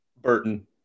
Burton